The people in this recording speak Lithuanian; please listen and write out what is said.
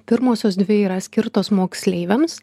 pirmosios dvi yra skirtos moksleiviams